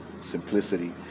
Simplicity